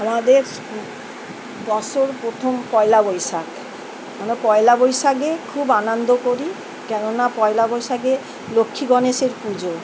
আমাদের স্কু বছর প্রথম পয়লা বৈশাখ মানে পয়লা বৈশাখে খুব আনন্দ করি কেননা পয়লা বৈশাখে লক্ষ্মী গণেশের পুজো